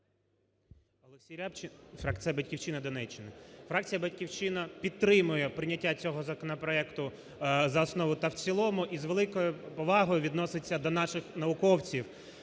Фракція "Батьківщина" підтримує прийняття цього законопроекту за основу та в цілому. І з великою повагою відноситься до наших науковців